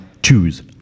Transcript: Choose